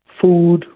food